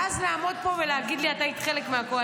ואז לעמוד פה ולהגיד לי: את היית חלק מהקואליציה?